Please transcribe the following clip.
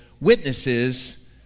Witnesses